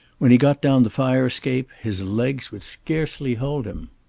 when he got down the fire-escape his legs would scarcely hold him.